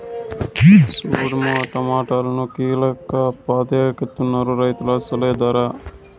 సూడమ్మో టమాటాలన్ని కీలపాకెత్తనారు రైతులు అసలు దరే